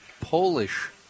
Polish